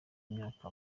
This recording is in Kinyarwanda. imyaka